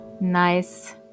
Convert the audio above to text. nice